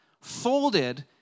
folded